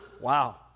wow